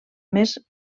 més